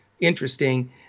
interesting